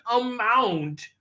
amount